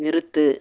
நிறுத்து